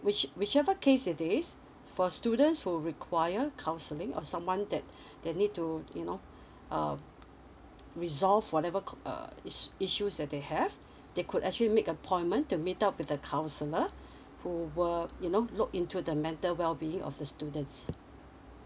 which whichever case it is for students we will require counselling or someone that they need to you know um resolve whatever co~ uh iss~ issues that they have they could actually make appointment to meet up with the counsellor who were you know look into the matter well being of the students